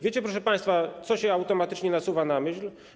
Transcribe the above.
Wiecie, proszę państwa, co się automatycznie nasuwa na myśl?